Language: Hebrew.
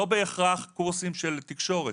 לא בהכרח קורסים של תקשורת.